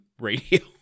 radio